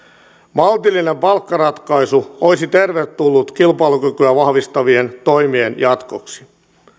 maltillinen palkkaratkaisu olisi tervetullut kilpailukykyä vahvistavien toimien jatkoksi